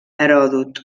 heròdot